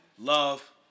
love